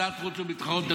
ועדת החוץ והביטחון.